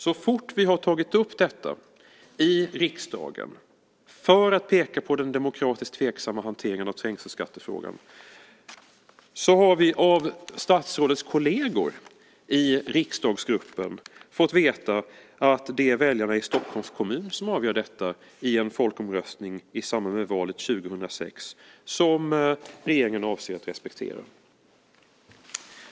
Så fort vi har tagit upp detta i riksdagen för att peka på den demokratiskt tveksamma hanteringen av trängselskattefrågan har vi av statsrådets kolleger i riksdagsgruppen fått veta att det är väljarna i Stockholms kommun som avgör detta i en folkomröstning i samband med valet 2006 som regeringen avser att respektera.